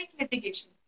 litigation